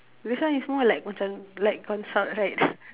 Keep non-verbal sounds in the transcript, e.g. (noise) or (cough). this one is more like macam like consult right (laughs)